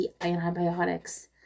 antibiotics